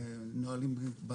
חלק מהציבור,